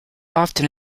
often